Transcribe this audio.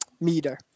meter